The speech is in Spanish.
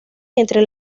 entre